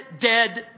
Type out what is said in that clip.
dead